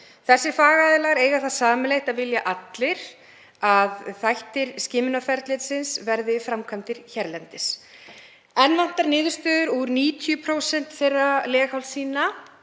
Þessir fagaðilar eiga það sameiginlegt að vilja allir að þættir skimunarferlisins verði framkvæmdir hérlendis. Enn vantar niðurstöður úr 90% þeirra leghálssýna